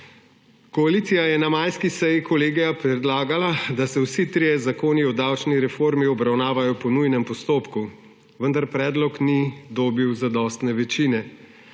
Koalicija je na majski seji kolegija predlagala, da se vsi trije zakoni o davčni reformi obravnavajo po nujnem postopku, vendar predlog ni dobil zadostne večine.